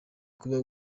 kuba